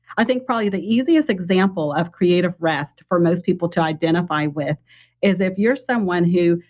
i think probably the easiest example of creative rest for most people to identify with is if you're someone who,